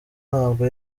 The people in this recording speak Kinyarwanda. ntabwo